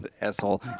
Asshole